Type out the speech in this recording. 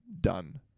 done